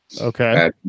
okay